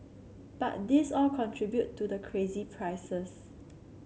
but these all contribute to the crazy prices